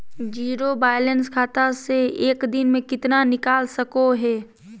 Zero balance खाता से एक दिन में कितना निकाल सको है?